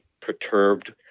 perturbed